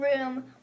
room